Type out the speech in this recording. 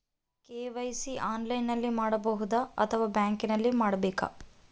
KYC ಆನ್ಲೈನಲ್ಲಿ ಮಾಡಬಹುದಾ ಅಥವಾ ಬ್ಯಾಂಕಿನಲ್ಲಿ ಮಾಡ್ಬೇಕಾ?